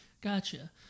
Gotcha